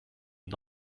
and